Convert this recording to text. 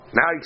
Now